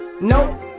Nope